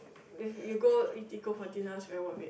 if you go Eatigo for dinner is very worth it